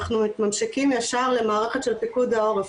אנחנו מתממשקים ישר למערכת של פיקוד העורף,